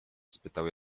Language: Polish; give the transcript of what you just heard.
spytał